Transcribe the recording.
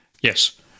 Yes